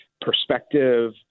perspective